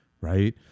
right